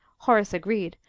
horace agreed,